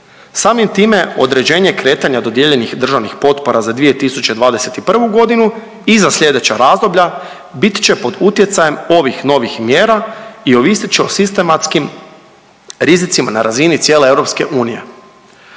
Samim time određenje kretanja dodijeljenih državnih potpora za 2021.g. i za sljedeća razdoblja bit će pod utjecajem ovih novih mjera i ovisit će o sistematskim rizicima na razini cijele EU.